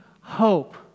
hope